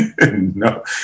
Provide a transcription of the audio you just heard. No